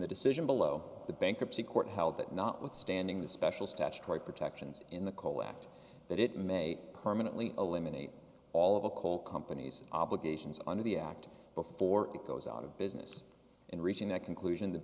the decision below the bankruptcy court held that notwithstanding the special statutory protections in the coal act that it may permanently eliminate all of a coal companies obligations under the act before it goes out of business in reaching that conclusion the